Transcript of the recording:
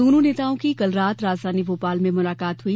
दोनों नेताओं की कल रात राजधानी भोपाल में मुलाकात हुई